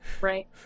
Right